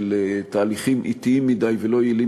ושל תהליכים אטיים מדי ולא יעילים,